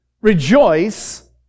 rejoice